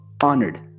honored